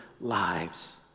lives